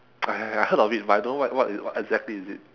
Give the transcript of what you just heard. ah ya I heard of it but I don't what what is exactly is it